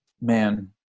man